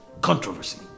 controversy